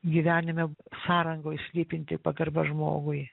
gyvenime sąrangoj slypinti pagarba žmogui